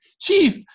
Chief